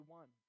one